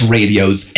Radio's